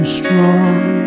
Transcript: strong